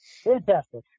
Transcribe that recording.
Fantastic